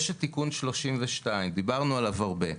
יש את תיקון 32, דיברנו עליו הרבה.